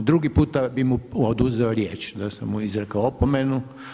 Drugi puta bi mu oduzeo riječ da sam mu izrekao opomenu.